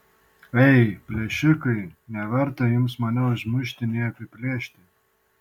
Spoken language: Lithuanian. ei plėšikai neverta jums mane užmušti nei apiplėšti